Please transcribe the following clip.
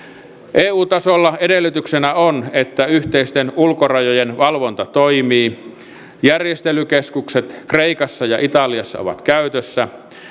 eu tasolla edellytyksenä on että yhteisten ulkorajojen valvonta toimii järjestelykeskukset kreikassa ja italiassa ovat käytössä